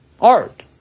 Art